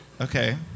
Okay